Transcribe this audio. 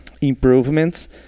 improvements